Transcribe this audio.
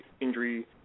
injury